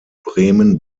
bremen